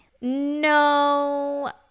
No